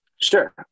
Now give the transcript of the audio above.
Sure